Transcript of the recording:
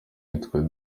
yitwa